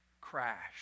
crash